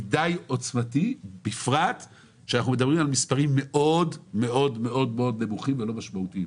מידי עוצמתי בפרט שאנחנו מדברים על מספרים מאוד נמוכים ולא משמעותיים.